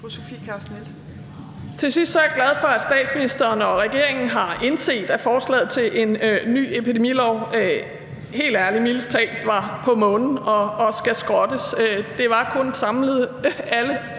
Til sidst er jeg glad for, at statsministeren og regeringen har indset, at forslaget til en ny epidemilov, helt ærligt, mildest talt var på månen og skal skrottes. Det var kun alle andre